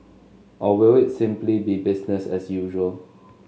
or will it simply be business as usual